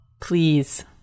please